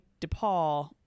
DePaul